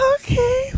Okay